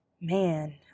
Man